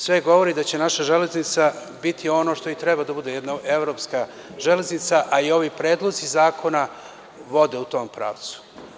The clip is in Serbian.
Sve govori da će naša železnica biti ono što i treba da bude – jedna evropska železnica, a i ovi predlozi zakona vode u tom pravcu.